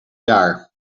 jaar